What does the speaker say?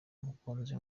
mukunzi